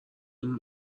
اون